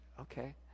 Okay